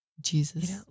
Jesus